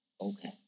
okay